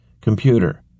Computer